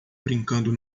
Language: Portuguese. brincando